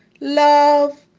Love